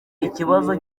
ikibazo